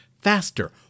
faster